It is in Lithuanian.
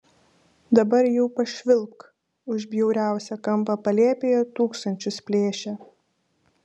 dabar jau pašvilpk už bjauriausią kampą palėpėje tūkstančius plėšia